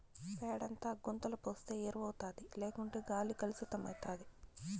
పేడంతా గుంతల పోస్తే ఎరువౌతాది లేకుంటే గాలి కలుసితమైతాది